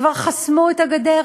כבר חסמו את הגדר?